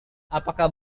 apakah